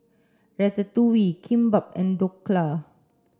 Ratatouille Kimbap and Dhokla